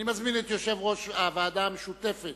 אני מזמין את יושב-ראש הוועדה המשותפת